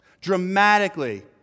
Dramatically